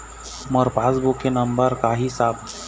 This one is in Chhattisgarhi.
मोर पास बुक के नंबर का ही साहब?